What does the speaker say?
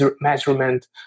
measurement